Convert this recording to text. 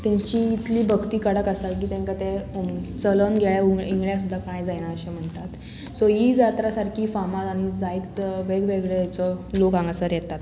तेंची इतली भक्ती कडक आसा की तेंका ते चलोन गेले उगळे सुद्दां कांय जायना अशें म्हणटात सो ही जात्रा सारकी फामाद आनी जायत वेगवेगळेचो लोक हांगासर येतात